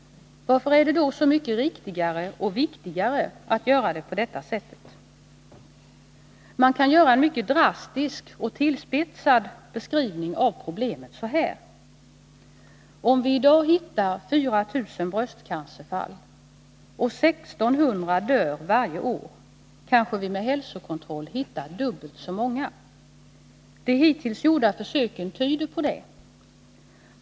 Varför är det då så mycket riktigare och viktigare att gå till väga på detta sätt? Man kan göra en mycket drastisk och tillspetsad beskrivning av problemet så här: Om vi i dag hittar 4 000 bröstcancerfall och 1 600 dör varje år, kanske vi med hälsokontroll hittar dubbelt så många. De hittills gjorda försöken tyder på det.